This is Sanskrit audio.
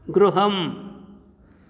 गृहम्